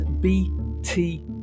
bt